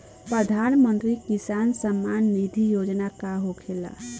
प्रधानमंत्री किसान सम्मान निधि योजना का होखेला?